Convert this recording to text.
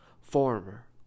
former